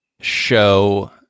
show